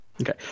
Okay